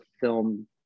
film